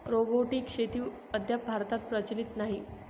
robotic शेती अद्याप भारतात प्रचलित नाही